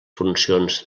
funcions